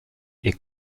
est